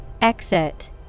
Exit